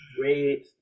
Great